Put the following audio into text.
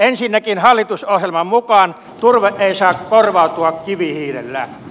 ensinnäkin hallitusohjelman mukaan turve ei saa korvautua kivihiilellä